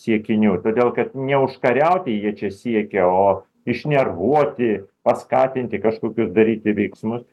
siekinių todėl kad neužkariauti jie čia siekia o išnervuoti paskatinti kažkokius daryti veiksmus